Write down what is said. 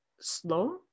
slow